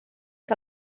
que